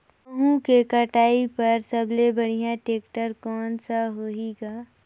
गहूं के कटाई पर सबले बढ़िया टेक्टर कोन सा होही ग?